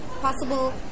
possible